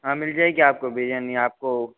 हाँ मिल जाएगी आपको बिरयानी आपको